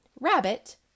Rabbit